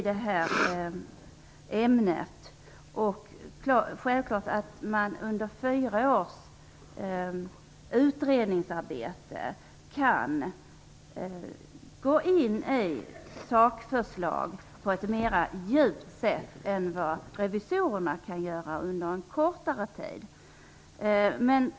Det är självklart att man under fyra års utredningsarbete kan gå djupare in i sakförslagen än vad revisorerna kan göra under en kortare tid.